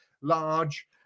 large